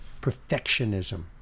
perfectionism